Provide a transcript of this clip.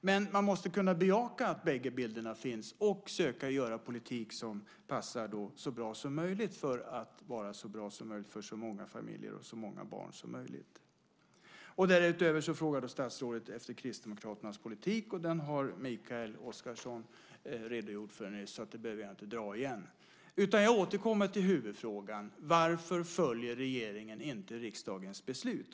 Men man måste kunna bejaka att båda bilderna finns och söka göra politik som passar så bra som möjligt för att vara så bra som möjligt för så många familjer och så många barn som möjligt. Därutöver frågar statsrådet efter Kristdemokraternas politik. Den har Mikael Oscarsson redogjort för nyss, så den behöver jag inte dra igen. Jag återkommer i stället till huvudfrågan: Varför följer regeringen inte riksdagens beslut?